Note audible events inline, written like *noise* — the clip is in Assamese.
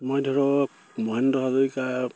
*unintelligible* ধৰক মহেন্দ্ৰ হাজৰিকা